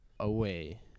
away